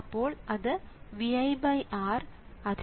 അപ്പോൾ അത് ViRk×ViRL ആയിരിക്കും